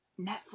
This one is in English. Netflix